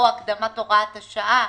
או הקדמת הוראת השעה,